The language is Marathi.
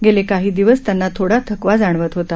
गेले काही दिवस त्यांना थोडा थकवा जाणवत होता